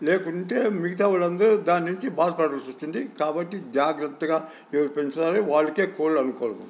లేకుంటే మిగతా వాళ్ళందరూ దాని నుంచి బాధపడాల్సి వస్తుంది కాబట్టి జాగ్రత్తగా ఎవరు పెంచాలి వాళ్ళకే కోళ్ళు అనుకూలంగా ఉంటుంది